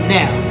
now